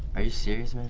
are you serious, man?